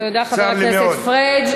תודה, חבר הכנסת פריג'.